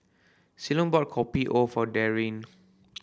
Ceylon bought Kopi O for Darryn